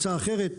הצעה אחרת,